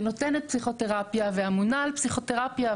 שנותנת פסיכותרפיה ואמונה על פסיכותרפיה.